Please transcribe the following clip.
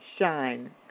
Shine